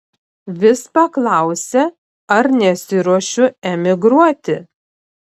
vis paklausia ar nesiruošiu emigruoti